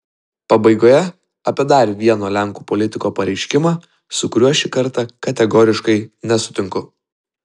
pabaigoje apie dar vieno lenkų politiko pareiškimą su kuriuo šį kartą kategoriškai nesutinku